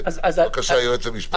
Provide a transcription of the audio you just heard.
בבקשה, היועץ המשפטי.